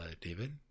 David